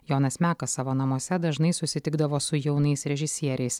jonas mekas savo namuose dažnai susitikdavo su jaunais režisieriais